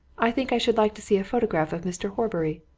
i think i should like to see a photograph of mr. horbury.